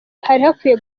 hakwiye